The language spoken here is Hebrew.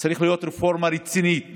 שצריכה להיות רפורמה רצינית